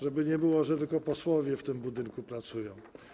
Żeby nie było, że tylko posłowie w tym budynku pracują.